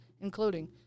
including